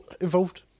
involved